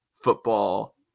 football